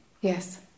Yes